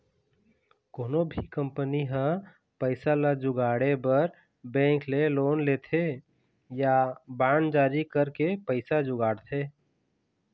कोनो भी कंपनी ह पइसा ल जुगाड़े बर बेंक ले लोन लेथे या बांड जारी करके पइसा जुगाड़थे